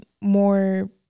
more